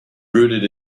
rooted